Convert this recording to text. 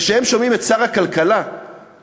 וכשהם שומעים את שר הכלכלה אומר: